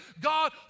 God